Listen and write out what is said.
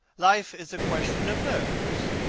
life is a question of nerves,